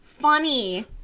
funny